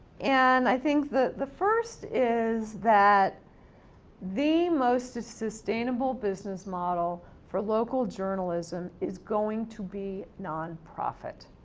and, i think that the first is that the most sustainable business model for local journalism is going to be non-profit.